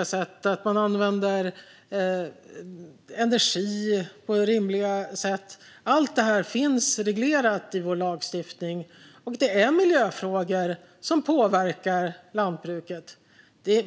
ska användas på ett rimligt sätt. Allt detta finns reglerat i vår lagstiftning. Miljöfrågor påverkar lantbruket.